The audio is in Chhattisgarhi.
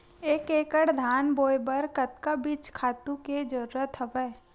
एक एकड़ धान बोय बर कतका बीज खातु के जरूरत हवय?